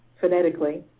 phonetically